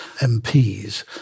MPs